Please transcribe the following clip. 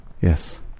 Yes